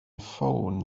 ffôn